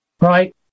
right